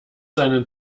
seinen